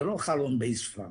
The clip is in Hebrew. זה לא חלום באספמיה.